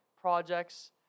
projects